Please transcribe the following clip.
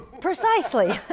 Precisely